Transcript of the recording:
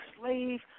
slave